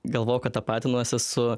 galvojau kad tapatinuosi su